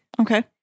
Okay